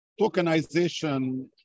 tokenization